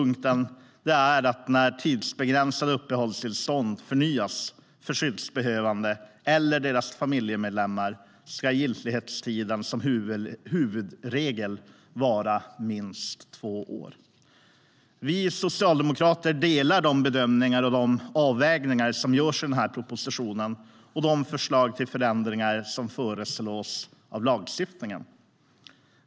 När tidsbegränsade uppehållstillstånd förnyas för skyddsbehövande eller deras familjemedlemmar ska giltighetstiden som huvudregel vara minst två år. Vi socialdemokrater delar de bedömningar och avvägningar som görs i propositionen och instämmer i de förslag till förändringar av lagstiftningen som föreslås.